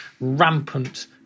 rampant